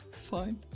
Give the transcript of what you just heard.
Fine